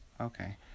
Okay